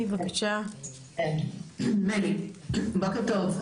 בוקר טוב.